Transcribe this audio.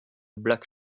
black